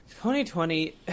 2020